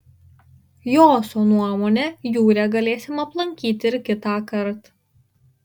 joso nuomone jūrę galėsim aplankyti ir kitąkart